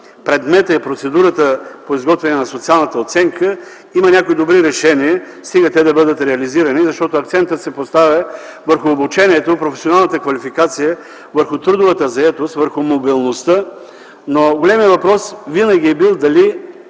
предмета и процедурата по изготвяне на социалната оценка има някои добри решения, стига те да бъдат реализирани, защото акцентът се поставя върху обучението, професионалната квалификация, върху трудовата заетост, върху мобилността, но големият въпрос винаги е бил дали,